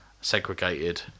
segregated